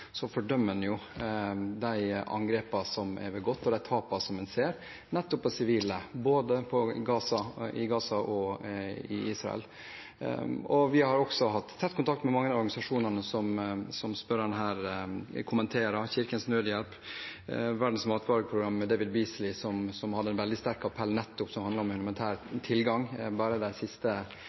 en de angrepene som er begått og de tapene en ser på sivile, både i Gaza og i Israel. Vi har også hatt tett kontakt med mange av organisasjonene som spørreren her kommenterer – Kirkens Nødhjelp, Verdens matvareprogram ved David Beasley, som hadde en veldig sterk appell som handlet nettopp om elementær tilgang – bare det siste